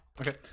Okay